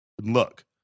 Look